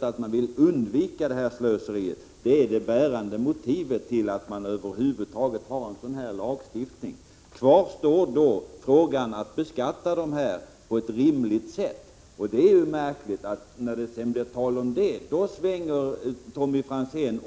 Att man vill undvika detta slöseri är det bärande motivet till att man över huvud taget har en sådan lagstiftning. Kvar står då frågan om att förmån av fri bil skall beskattas på ett rimligt sätt. Det är märkligt, att när det blir tal om detta svänger Tommy Franzén